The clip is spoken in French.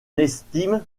estime